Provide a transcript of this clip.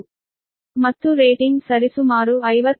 ಮತ್ತು ರೇಟಿಂಗ್ ಸರಿಸುಮಾರು 57